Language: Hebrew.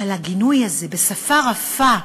אבל הגינוי הזה בשפה רפה,